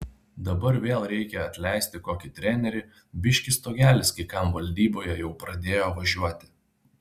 dabar vėl reikia atleisti kokį trenerį biški stogelis kai kam valdyboje jau pradėjo važiuoti